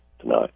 tonight